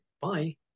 bye